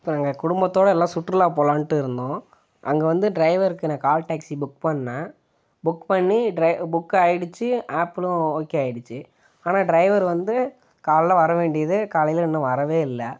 இப்போ நாங்கள் குடும்பத்தோட எல்லாம் சுற்றுலா போலாம்ன்ட்டு இருந்தோம் அங்கே வந்து டிரைவருக்கு நான் கால் டாக்சி புக் பண்ணிணேன் புக் பண்ணி டிரை புக் ஆகிடுச்சு ஆப்பிலும் ஓகே ஆகிடுச்சி ஆனால் டிரைவர் வந்து காலைல வர வேண்டியது காலையில் இன்னும் வரவே இல்லை